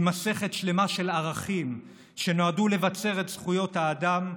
מסכת שלמה של ערכים שנועדו לבצר את זכויות האדם,